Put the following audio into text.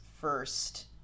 first